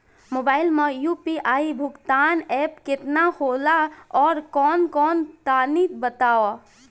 Mobile म UPI भुगतान app केतना होला आउरकौन कौन तनि बतावा?